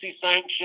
sanctions